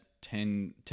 ten